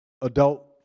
adult